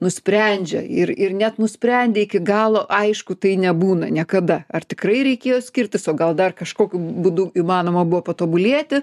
nusprendžia ir ir net nusprendę iki galo aišku tai nebūna niekada ar tikrai reikėjo skirtis o gal dar kažkokiu būdu įmanoma buvo patobulėti